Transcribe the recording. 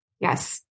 yes